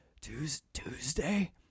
Tuesday